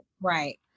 Right